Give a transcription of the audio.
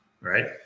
Right